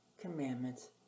Commandments